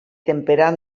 temperat